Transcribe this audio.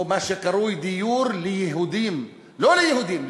או מה שקרוי "דיור ליהודים"; לא ליהודים,